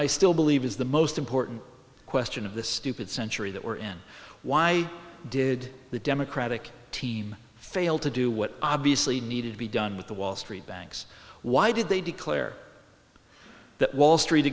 i still believe is the most important question of the stupid century that we're in why did the democratic team fail to do what obviously needed to be done with the wall street banks why did they declare that wall street